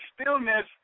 stillness